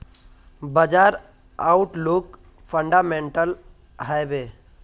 बाजार outlook fundamental हैवै?